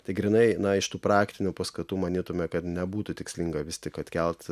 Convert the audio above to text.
tai grynai na iš tų praktinių paskatų manytume kad nebūtų tikslinga vis tik atkelt